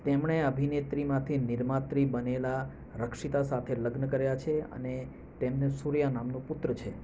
તેમણે અભિનેત્રીમાંથી નિર્માત્રી બનેલા રક્ષિતા સાથે લગ્ન કર્યા છે અને તેમને સૂર્યા નામનો પુત્ર છે